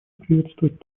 приветствовать